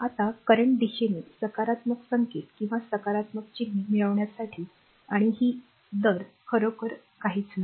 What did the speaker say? आता current दिशेने सकारात्मक संकेत किंवा सकारात्मक चिन्हे मिळविण्यासाठी आणि ही दर खरोखर काहीच नाही